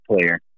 player